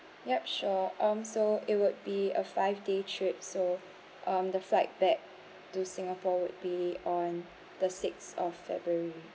yup sure um so it would be a five day trip so um the flight back to singapore would be on the sixth of february